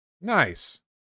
Nice